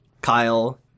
Kyle